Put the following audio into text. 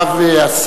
לצערי הרב,